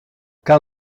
quand